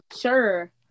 Sure